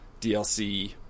DLC